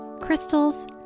crystals